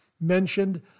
mentioned